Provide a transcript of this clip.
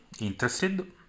interested